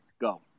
Go